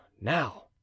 now